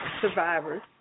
survivors